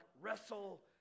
wrestle